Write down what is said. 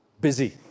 busy